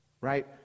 right